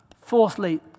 Fourthly